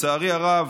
לצערי הרב,